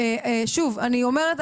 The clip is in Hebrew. האחד הוא מנגנון שמתחיל בתקופה השנייה,